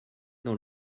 dans